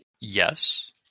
Yes